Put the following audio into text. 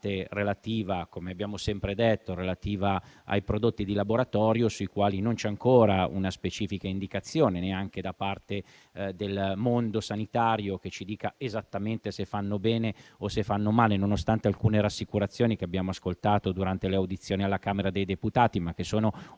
relativa - come abbiamo sempre detto - ai prodotti di laboratorio, sui quali non c'è ancora una specifica indicazione, neanche da parte del mondo sanitario, che ci dica esattamente se fanno bene o fanno male, nonostante alcune rassicurazioni che abbiamo ascoltato durante le audizioni alla Camera dei deputati, ma sono